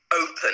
open